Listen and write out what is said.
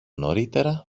νωρίτερα